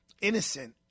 innocent